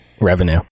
revenue